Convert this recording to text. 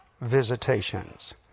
visitations